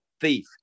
thief